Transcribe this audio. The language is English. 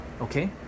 okay